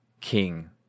king